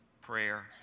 prayer